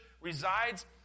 resides